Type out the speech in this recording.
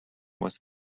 was